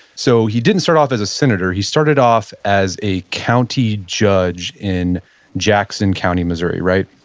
so he didn't start off as a senator. he started off as a county judge in jackson county, missouri, right?